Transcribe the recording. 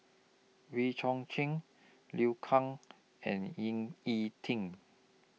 Wee Chong Jin Liu Kang and Ying E Ding